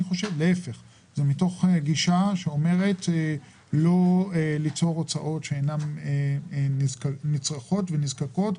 זה מתוך גישה שאומרת לא ליצור הוצאות שאינן נצרכות ונזקקות,